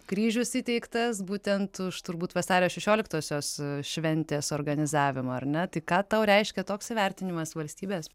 kryžius įteiktas būtent už turbūt vasario šešioliktosios šventės organizavimą ar ne tai ką tau reiškia toks įvertinimas valstybės